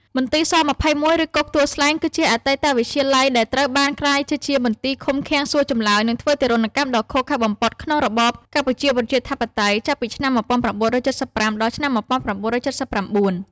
មន្ទីរស-២១ ឬគុកទួលស្លែង គឺជាអតីតវិទ្យាល័យដែលត្រូវបានប្រែក្លាយទៅជាមន្ទីរឃុំឃាំង សួរចម្លើយ និងធ្វើទារុណកម្មដ៏ឃោរឃៅបំផុតក្នុងរបបកម្ពុជាប្រជាធិបតេយ្យ ចាប់ពីឆ្នាំ១៩៧៥ ដល់ឆ្នាំ១៩៧៩។